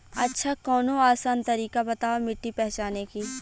अच्छा कवनो आसान तरीका बतावा मिट्टी पहचाने की?